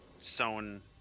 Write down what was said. sewn